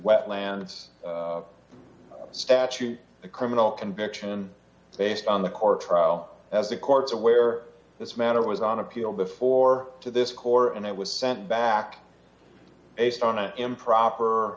wetlands statute a criminal conviction based on the court trial as the court's aware this matter was on appeal before to this core and it was sent back based on an improper